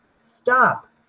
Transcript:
stop